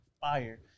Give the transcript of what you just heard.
fire